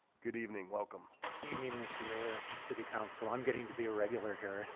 good evening, welcome evening, mr. mayor city council. i'm getting to be a regular here